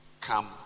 come